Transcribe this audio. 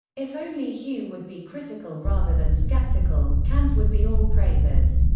if only hume would be critical rather than skeptical, kant would be all-praises.